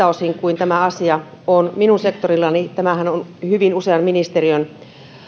osin kuin tämä asia on minun sektorillani tämähän on hyvin usean ministeriön